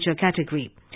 category